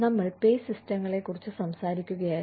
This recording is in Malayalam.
ഞങ്ങൾ പേ സിസ്റ്റങ്ങളെ കുറിച്ച് സംസാരിക്കുകയായിരുന്നു